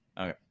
Okay